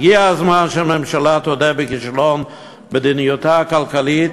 הגיע הזמן שהממשלה תודה בכישלון מדיניותה הכלכלית,